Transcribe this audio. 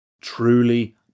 Truly